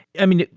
i mean,